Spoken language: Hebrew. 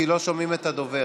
כי לא שומעים את הדובר.